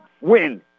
win